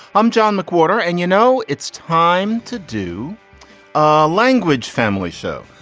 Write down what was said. i'm john mcwhorter, and you know, it's time to do a language family show.